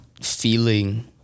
feeling